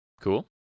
Cool